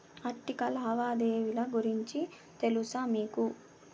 ఆర్థిక లావాదేవీల గురించి తెలుసా మీకు